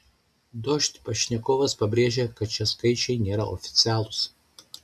dožd pašnekovas pabrėžė kad šie skaičiai nėra oficialūs